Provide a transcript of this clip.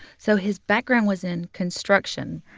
so his background was in construction.